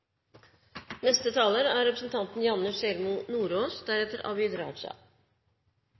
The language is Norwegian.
Neste taler er interpellanten, representanten